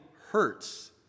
hurts